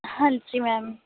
ਹਾਂਜੀ ਮੈਮ